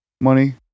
money